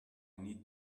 need